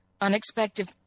unexpected